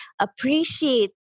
appreciate